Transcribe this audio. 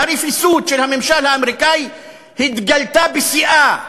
הרפיסות של הממשל האמריקני התגלתה בשיאה,